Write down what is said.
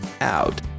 out